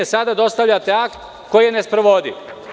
Sada dostavljate akt koji je nesprovodljiv.